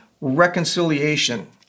reconciliation